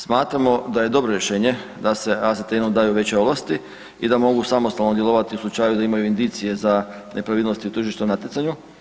Smatramo da je dobro rješenje da se AZTN-u daju veće ovlasti i da mogu samostalno djelovati u slučaju da imaju indicije za nepravilnosti u tržišnom natjecanju.